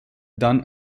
done